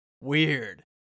weird